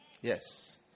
Yes